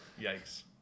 Yikes